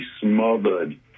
smothered